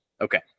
okay